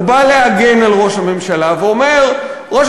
הוא בא להגן על ראש הממשלה ואומר: ראש